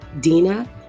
Dina